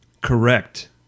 Correct